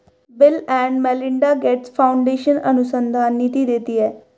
bill and Melinda Gates Foundation अनुसंधान निधि देती है